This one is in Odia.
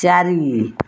ଚାରି